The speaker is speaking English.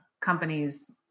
companies